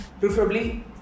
preferably